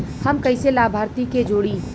हम कइसे लाभार्थी के जोड़ी?